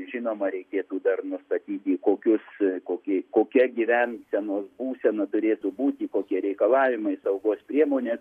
žinoma reikėtų dar nustatyti kokius kokie kokia gyvensenos būsena turėtų būti kokie reikalavimai saugos priemonės